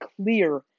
clear